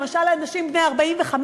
למשל: אנשים בני 45,